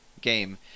game